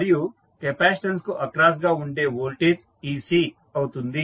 మరియు కెపాసిటన్స్ కు అక్రాస్ గా ఉండే వోల్టేజ్ ec అవుతుంది